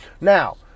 Now